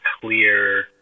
clear